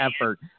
effort